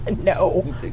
No